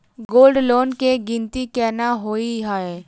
Gold loan केँ गिनती केना होइ हय?